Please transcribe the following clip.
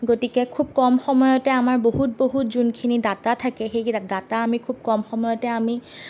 গতিকে খুব কম সময়তে আমাৰ বহুত বহুত যোনখিনি ডাটা থাকে সেই ডাটা খুব কম সময়তে আমি